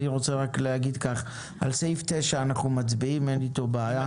על סעיף 9 אנחנו מצביעים ואין איתו בעיה.